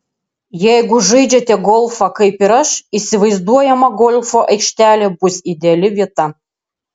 jeigu žaidžiate golfą kaip ir aš įsivaizduojama golfo aikštelė bus ideali vieta